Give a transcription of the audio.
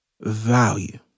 value